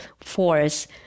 force